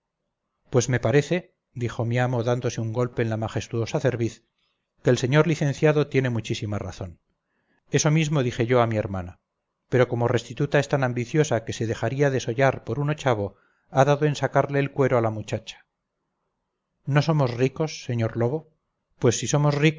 pues me parece dijo mi amo dándose un golpe en la majestuosa cerviz que el señor licenciado tiene muchísima razón eso mismo dije yo a mihermana pero como restituta es tan ambiciosa que se dejaría desollar por un ochavo ha dado en sacarle el cuero a la muchacha no somos ricos sr lobo pues si somos